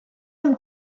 amb